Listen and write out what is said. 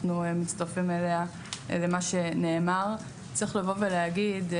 אנחנו מצטרפים למה שנאמר על ידה.